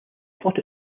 plot